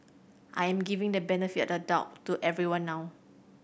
I'm giving the benefit of the doubt to everyone now